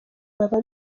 baba